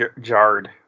jarred